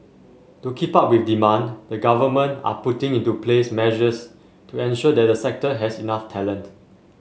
to keep up with demand the government are putting into place measures to ensure that the sector has enough talent